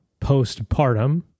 postpartum